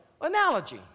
analogy